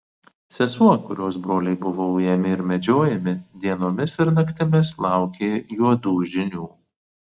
sesuo kurios broliai buvo ujami ir medžiojami dienomis ir naktimis laukė juodų žinių